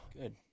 good